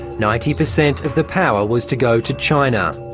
ninety per cent of the power was to go to china.